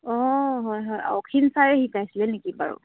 অঁ হয় হয় অসীম চাৰে শিকাইছিলে নিকি বাৰু